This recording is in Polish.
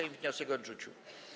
Sejm wniosek odrzucił.